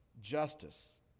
justice